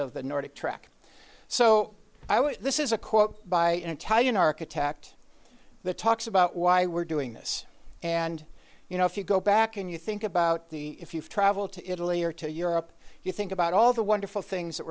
of the nordic track so i was this is a quote by an entire an architect the talks about why we're doing this and you know if you go back and you think about the if you travel to italy or to europe you think about all the wonderful things that